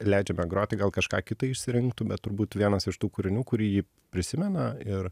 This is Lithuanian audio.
leidžiame groti gal kažką kitą išsirinktų bet turbūt vienas iš tų kūrinių kurį ji prisimena ir